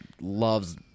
loves